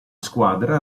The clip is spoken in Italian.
squadra